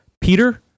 Peter